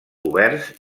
oberts